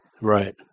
Right